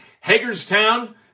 Hagerstown